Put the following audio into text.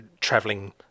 traveling